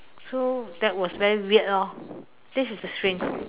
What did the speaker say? so that was very weird lor this is a strange